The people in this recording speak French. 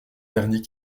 dernier